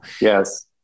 yes